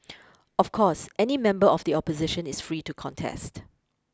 of course any member of the opposition is free to contest